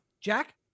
Jack